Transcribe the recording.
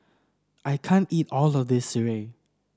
I can't eat all of this Sireh